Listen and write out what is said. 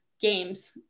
games